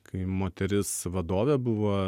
kai moteris vadovė buvo